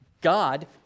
God